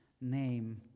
name